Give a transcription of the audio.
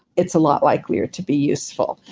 it's a lot likelier to be useful.